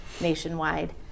nationwide